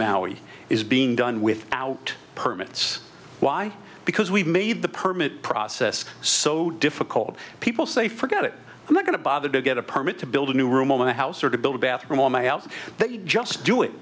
maui is being done without permits why because we've made the permit process so difficult people say forget it i'm not going to bother to get a permit to build a new room of the house or to build a bathroom all my out they just do it